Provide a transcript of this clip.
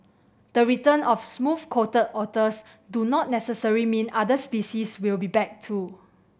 the return of smooth coated otters do not necessary mean other species will be back too